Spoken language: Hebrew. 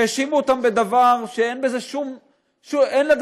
שהאשימו אותם בדבר שאין לו שום שחר,